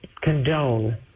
condone